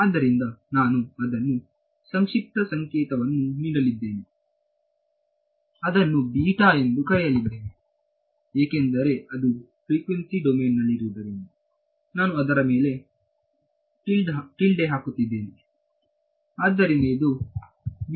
ಆದ್ದರಿಂದ ನಾನು ಅದನ್ನು ಸಂಕ್ಷಿಪ್ತ ಸಂಕೇತವನ್ನು ನೀಡಲಿದ್ದೇನೆ ಅದನ್ನು ಎಂದು ಕರೆಯಲಿದ್ದೇನೆ ಏಕೆಂದರೆ ಅದು ಫ್ರಿಕ್ವೆನ್ಸಿ ಡೊಮೇನ್ನಲ್ಲಿರುವುದರಿಂದ ನಾನು ಅದರ ಮೇಲೆ ಟಿಲ್ಡ್ ಹಾಕುತ್ತಿದ್ದೇನೆ